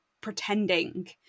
pretending